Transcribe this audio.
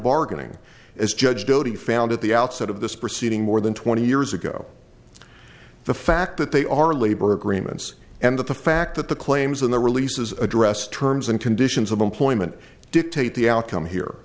bargaining as judge doty found at the outset of this proceeding more than twenty years ago the fact that they are labor agreements and the fact that the claims in the releases addressed terms and conditions of employment dictate the outcome here